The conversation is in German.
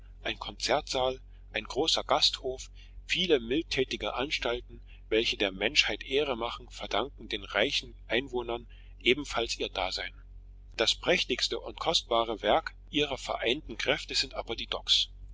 ein konzertsaal ein großer gasthof viele mildtätige anstalten welche der menschheit ehre machen verdanken den reichen einwohnern ebenfalls ihr dasein das prächtigste und kostbarste werk ihrer vereinten kräfte sind aber die docks